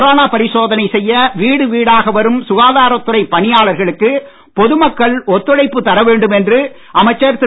corona பரிசோதனை செய்ய வீடு வீடாக வரும் சுகாதாரத் துறை பணியாளர்களுக்கு பொது மக்கள் ஒத்துழைக்க வேண்டும் என்று சுகாதாரத் துறை அமைச்சர் திரு